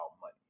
money